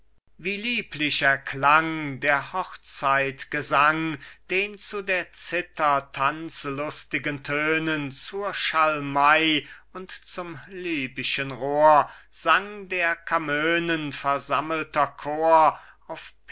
wie lieblich erklang der hochzeitgesang den zu der cyther tanzlustigen tönen zur schalmei und zum libyschen rohr sang der camönen versammelter chor auf